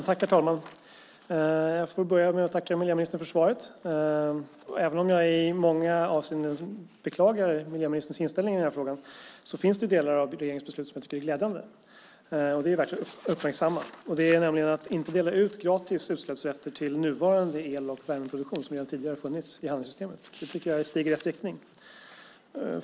Herr talman! Jag får börja med att tacka miljöministern för svaret. Även om jag i många avseenden beklagar miljöministerns inställning i den här frågan så finns det delar av regeringens beslut som jag tycker är glädjande och som jag vill uppmärksamma, nämligen att inte dela ut gratis utsläppsrätter till nuvarande el och värmeproduktion, som redan tidigare har funnits i handelssystemet. Det tycker jag är ett steg i rätt riktning.